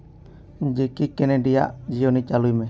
ᱡᱮᱠᱤ ᱠᱮᱱᱮᱰᱤᱭᱟᱜ ᱡᱤᱭᱚᱱᱤ ᱪᱟᱹᱞᱩᱭ ᱢᱮ